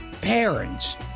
Parents